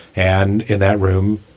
and in that room,